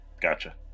gotcha